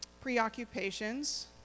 preoccupations